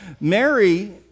Mary